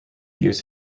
use